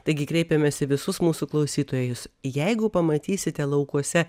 taigi kreipiamės į visus mūsų klausytojus jeigu pamatysite laukuose